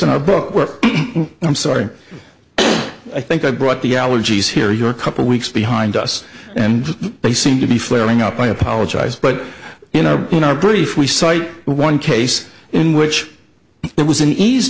in a book where i'm sorry i think i brought the allergies here you're couple weeks behind us and they seem to be flaring up i apologize but you know in our brief we cite one case in which there was an